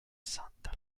santa